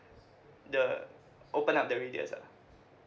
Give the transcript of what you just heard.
the open up the radius ah